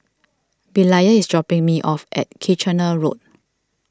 Belia is dropping me off at Kitchener Road